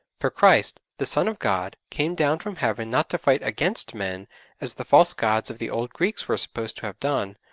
for christ, the son of god, came down from heaven not to fight against men as the false gods of the old greeks were supposed to have done,